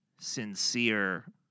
sincere